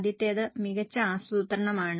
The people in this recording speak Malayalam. ആദ്യത്തേത് മികച്ച ആസൂത്രണമാണ്